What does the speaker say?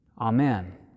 Amen